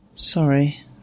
Sorry